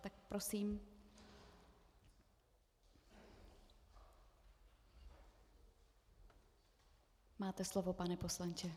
Tak prosím, máte slovo, pane poslanče.